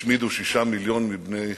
אחרי שהשמידו שישה מיליונים מבני עמנו,